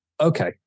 okay